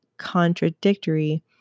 contradictory